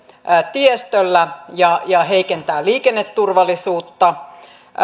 tiestöllä ja ja heikentää liikenneturvallisuutta